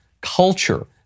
culture